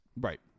Right